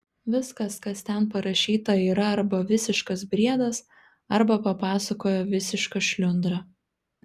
viskas kas ten parašyta yra arba visiškas briedas arba papasakojo visiška šliundra